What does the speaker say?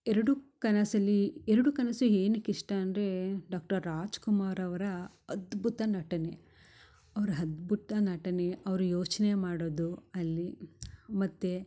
ಎರಡು ಕನಸಲಿ ಎರಡು ಕನಸು ಏನಕ್ಕೆ ಇಷ್ಟ ಅಂದರೆ ಡಾಕ್ಟರ್ ರಾಜ್ಕುಮಾರ್ ಅವರ ಅದ್ಭುತ ನಟನೆ ಅವ್ರ ಅದ್ಭುತ ನಟನೆ ಅವ್ರ ಯೋಚನೆ ಮಾಡೋದು ಅಲ್ಲಿ ಮತ್ತು